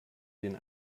den